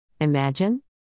Imagine